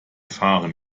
fahren